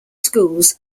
schools